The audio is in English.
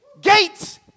Gates